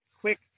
quick